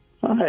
Hi